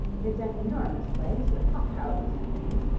it's an enormous place, with hot-houses and things,